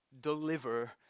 deliver